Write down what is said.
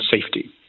safety